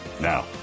Now